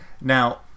now